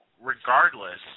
Regardless